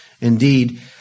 Indeed